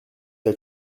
t’a